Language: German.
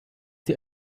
die